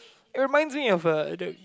it reminds me of a the